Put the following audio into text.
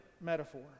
metaphor